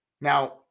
Now